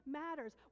matters